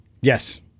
Yes